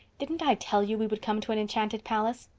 didn't i tell you we would come to an enchanted palace?